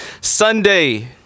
Sunday